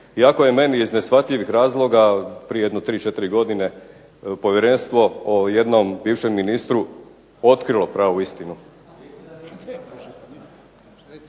Iako je meni iz neshvatljivih razloga prije jedno 3,4 godine Povjerenstvo o jednom bivšem ministru otkrilo pravu istinu.